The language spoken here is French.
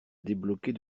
débloquer